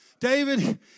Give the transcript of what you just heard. David